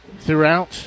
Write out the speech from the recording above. throughout